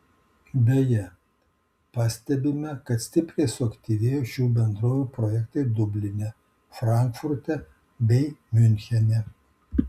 beje pastebime kad stipriai suaktyvėjo šių bendrovių projektai dubline frankfurte bei miunchene